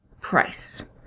Price